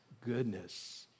goodness